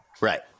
Right